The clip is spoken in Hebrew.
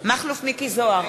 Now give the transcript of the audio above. מכלוף מיקי זוהר,